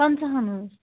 پنٛژٕہن ہٕنٛز